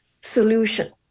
solution